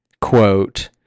quote